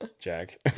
jack